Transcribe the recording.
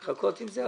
לחכות עם זה?